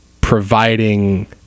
providing